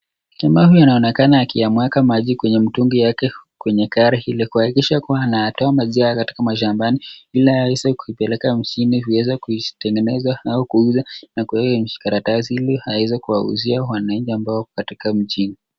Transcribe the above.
Jamaa huyu anaoneka akiyamwaga maji kwenye mtungi yake kwenye gari hili kuhakikisha kuwa anatoa maziwa katika mashambani ili aweze kuipeleka mjini kuweza kuitengeneza au kuuza na kuweka kwa karatasi ili kuweza kuwauzia wanainchi ambao wako katika mjini.